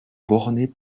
bornées